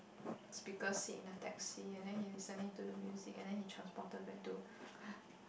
speaker sit in the taxi and then he listening to the music and then he transport back to